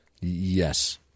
Yes